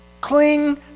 cling